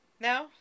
No